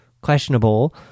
questionable